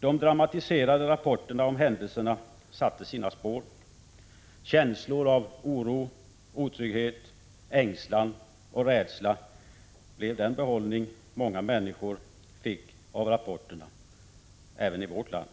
De dramatiserade rapporterna om händelsen satte sina spår. Känslor av oro, otrygghet, ängslan och rädsla blev den behållning många människor fick av rapporterna — även i vårt land.